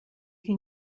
can